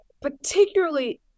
particularly